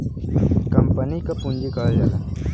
company क पुँजी कहल जाला